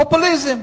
פופוליזם.